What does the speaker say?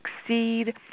succeed